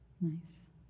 Nice